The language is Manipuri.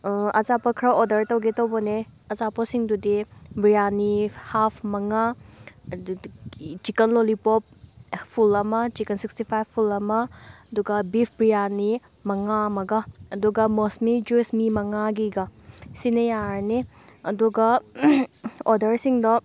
ꯑꯆꯥꯄꯣꯠ ꯈꯔ ꯑꯣꯗꯔ ꯇꯧꯒꯦ ꯇꯧꯕꯅꯦ ꯑꯆꯥꯄꯣꯠꯁꯤꯡꯗꯨꯗꯤ ꯕꯤꯔꯌꯥꯅꯤ ꯍꯥꯞ ꯃꯉꯥ ꯑꯗꯨꯗꯒꯤ ꯆꯤꯀꯜ ꯂꯣꯂꯤꯄꯣꯞ ꯐꯨꯜ ꯑꯃ ꯆꯤꯀꯜ ꯁꯤꯛꯁꯇꯤ ꯐꯥꯏꯕ ꯐꯨꯜ ꯑꯃ ꯑꯗꯨꯒ ꯕꯤꯐ ꯕꯤꯔꯌꯥꯅꯤ ꯃꯉꯥ ꯑꯃꯒ ꯑꯗꯨꯒ ꯃꯣꯁꯃꯤ ꯖꯨꯏꯁ ꯃꯤ ꯃꯉꯥꯒꯤꯒ ꯁꯤꯅ ꯌꯥꯔꯅꯤ ꯑꯗꯨꯒ ꯑꯣꯗꯔꯁꯤꯡꯗꯣ